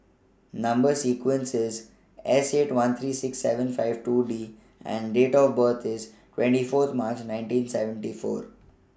Number sequence IS S eight one three six seven five two D and Date of birth IS twenty Fourth March nineteen seventy four